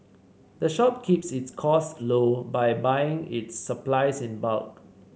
the shop keeps its costs low by buying its supplies in bulk